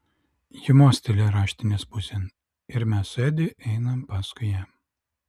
ji mosteli raštinės pusėn ir mes su edi einame paskui ją